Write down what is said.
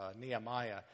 Nehemiah